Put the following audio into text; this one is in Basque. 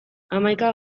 hamaika